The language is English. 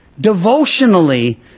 Devotionally